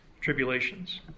tribulations